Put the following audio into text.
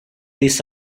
this